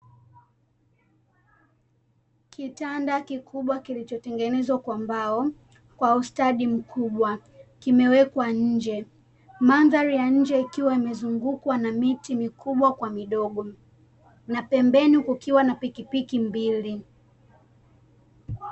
Kitanda kikubwa kilichotengenezwa kwa mbao kwa ustadi mkubwa kimewekwa nje, mandhari ya nje ikiwa imezungukwa na miti mikubwa na midogo na pembeni kukiwa na pikipiki mbili.